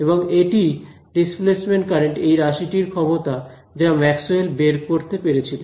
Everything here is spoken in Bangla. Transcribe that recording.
এবং এটিই ডিসপ্লেসমেন্ট কারেন্ট এই রাশিটির ক্ষমতা যা ম্যাক্সওয়েল বের করতে পেরেছিলেন